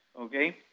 okay